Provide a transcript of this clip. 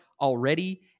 already